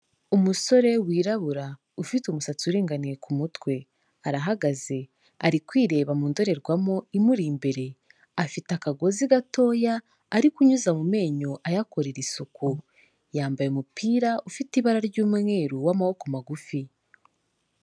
Umusore wirabura, ufite umusatsi uringaniye ku mutwe, arahagaze, ari kwireba mu ndorerwamo imuri imbere, afite akagozi gatoya ari kunyuza mu menyo ayakorera isuku. Yambaye umupira ufite ibara ry'umweru w'amaboko magufi.